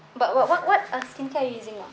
but what what what uh skincare you using now